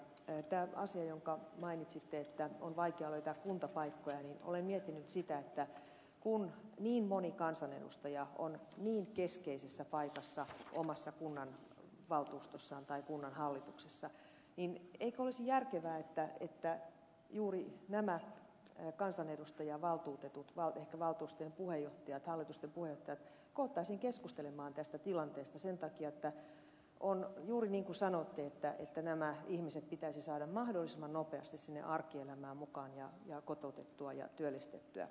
tässä asiassa jonka mainitsitte että on vaikea löytää kuntapaikkoja olen miettinyt sitä että kun niin moni kansanedustaja on niin keskeisessä paikassa omassa kunnanvaltuustossaan tai kunnanhallituksessa niin eikö olisi järkevää että juuri nämä kansanedustajavaltuutetut ehkä valtuustojen puheenjohtajat hallitusten puheenjohtajat koottaisiin keskustelemaan tästä tilanteesta sen takia että on juuri niin kun sanoitte että nämä ihmiset pitäisi saada mahdollisimman nopeasti sinne arkielämään mukaan ja kotoutettua ja työllistettyä